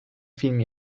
film